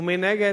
ומנגד,